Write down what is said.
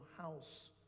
house